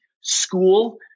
school